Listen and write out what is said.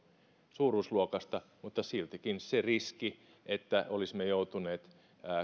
suuruusluokasta mutta siltikin sen riskin osalta että olisimme joutuneet